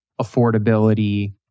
affordability